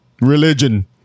religion